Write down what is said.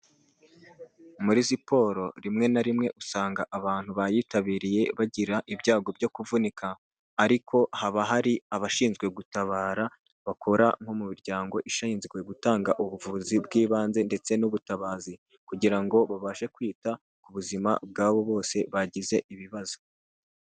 Muri siporo rimwe na rimwe usanga abantu bayitabiriye bagira ibyago byo kuvunika ariko haba hari abashinzwe gutabara bakora nko mu miryango ishinzwezwe gutanga ubuvuzi bw'ibanze ndetse n'ubutabazi, kugira ngo babashe kwita ku buzima bwabo bose bagize ibibazo.